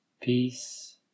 peace